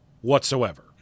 whatsoever